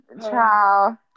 Ciao